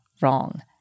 wrong